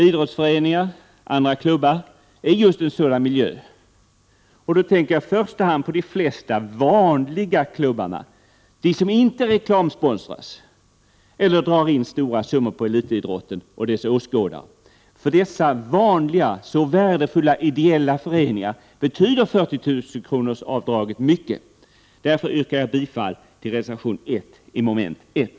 Idrottsföreningar och andra klubbar är just en sådan miljö, och då tänker jag i första hand på de flesta vanliga klubbarna — de som inte sponsras av reklam eller drar in stora summor på elitidrotten och dess åskådare. För dessa vanliga, så värdefulla ideella föreningar är avdraget på 40 000 kr. av stor betydelse. Därför yrkar jag bifall till reservation 1.